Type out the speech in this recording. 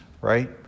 right